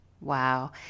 Wow